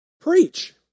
Preach